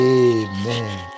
amen